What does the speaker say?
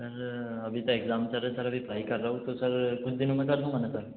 sir अभी तो exam चल रहे हैं सर अभी पढ़ाई कर रहा हूँ तो सर कुछ दिनों में कर दूँगा ना सर